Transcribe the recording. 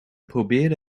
probeerde